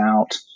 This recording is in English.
out